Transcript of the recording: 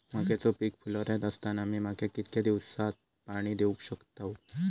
मक्याचो पीक फुलोऱ्यात असताना मी मक्याक कितक्या दिवसात पाणी देऊक शकताव?